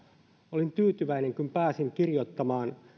olin tyytyväinen kun pääsin allekirjoittamaan